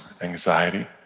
anxiety